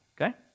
Okay